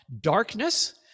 Darkness